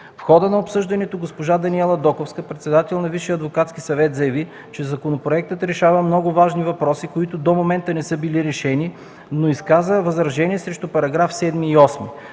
В хода на обсъждането госпожа Даниела Доковска – председател на Висшия адвокатски съвет, заяви, че законопроектът решава много важни въпроси, които до момента не са били решени, но изказа възражения срещу § 7 и 8.